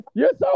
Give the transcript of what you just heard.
yes